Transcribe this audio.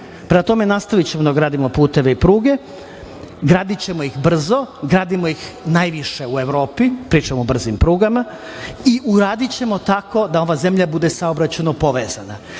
tome, nastavićemo da gradimo puteve i pruge, gradićemo ih brzo, gradimo ih najviše u Evropi. Pričam o brzim prugama i uradićemo tako da ova zemlja bude saobraćajno povezana.